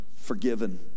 forgiven